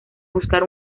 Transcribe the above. buscar